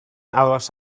aros